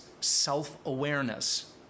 self-awareness